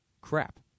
crap